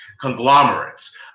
conglomerates